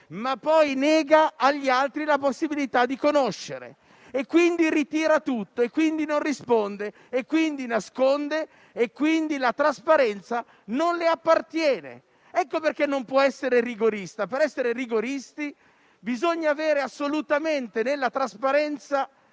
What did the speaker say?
ma poi nega loro la possibilità di conoscere. E quindi ritira tutto, non risponde, nasconde; la trasparenza non le appartiene. Ecco perché non può essere rigorista. Per essere rigoristi bisogna avere assolutamente nella trasparenza